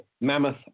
mammoth